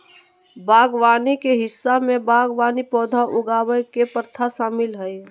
बागवानी के हिस्सा में बागवानी पौधा उगावय के प्रथा शामिल हइ